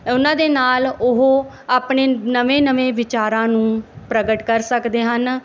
ਉਹਨਾਂ ਦੇ ਨਾਲ ਉਹ ਆਪਣੇ ਨਵੇਂ ਨਵੇਂ ਵਿਚਾਰਾਂ ਨੂੰ ਪ੍ਰਗਟ ਕਰ ਸਕਦੇ ਹਨ